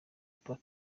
park